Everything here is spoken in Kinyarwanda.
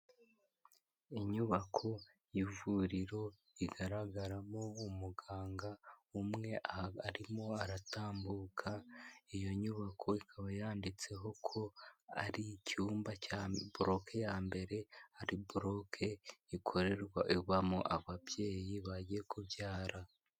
Inyubako y'ivuriro rigaragaramo umuganga umwe arimo aratambuka iyo nyubako ikaba yanditseho ko ari icyumba cya broke ya mbere ari broke ikorerwamo ababyeyi bagiye kubyara.